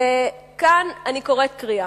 כאן אני קוראת קריאה,